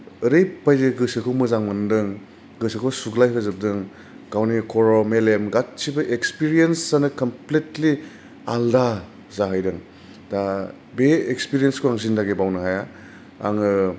ओरैबायदि गोसोखौ मोजां मोन्दों गोसोखौ सुग्लाय होजोबदों गावनि खर' मेलेम गासैबो एक्सपिरियेन्सानो कमप्लिटलि आलदा जाहैदों दा बे एक्सपिरियेन्सखौ आं जिन्दगी बावनो हाया आङो